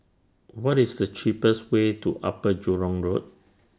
What IS The cheapest Way to Upper Jurong Road